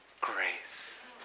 grace